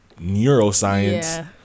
neuroscience